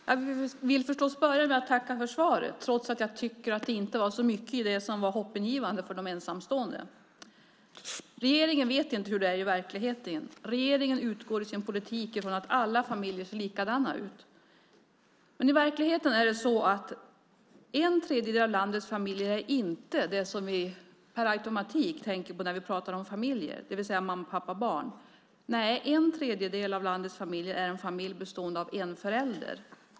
Herr talman! Jag börjar med att tacka för svaret, trots att jag tycker att det inte var så mycket i det som var hoppingivande för de ensamstående. Regeringen vet inte hur det är i verkligheten. Regeringen utgår i sin politik från att alla familjer ser likadana ut. Men i verkligheten är det så att en tredjedel av landets familjer inte är det som vi per automatik tänker på när vi talar om familjer, det vill säga mamma, pappa och barn. Nej, en tredjedel av landets familjer är familjer bestående av en förälder.